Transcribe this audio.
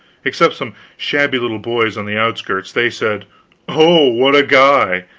except some shabby little boys on the outskirts. they said oh, what a guy!